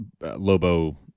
Lobo